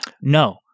No